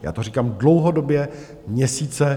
Já to říkám dlouhodobě, měsíce.